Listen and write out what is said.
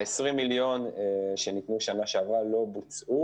ה-20 מיליון שניתנו בשנה שעברה לא בוצעו